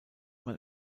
man